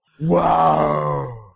Wow